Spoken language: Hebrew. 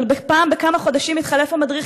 אבל אחת לכמה חודשים מתחלף המדריך,